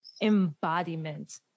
embodiment